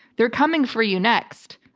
they're coming for you next.